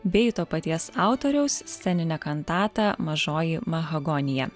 bei to paties autoriaus sceninę kantatą mažoji mahagonija